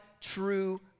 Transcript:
true